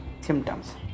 symptoms